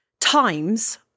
times